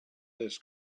this